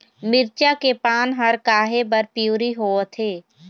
मिरचा के पान हर काहे बर पिवरी होवथे?